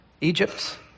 Egypt